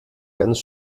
ganz